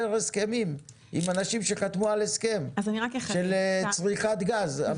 הסכמים עם אנשים שחתמו על הסכם של צריכת גז.